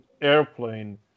Airplane